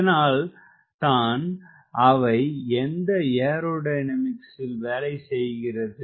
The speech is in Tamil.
இதனால் தான் அவை எந்த ஏரோடைனமிக்ஸில் வேலை செய்கிறது